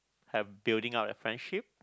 and building up that friendship